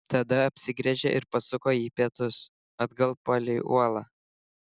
tada apsigręžė ir pasuko į pietus atgal palei uolą